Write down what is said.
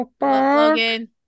Logan